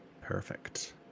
Perfect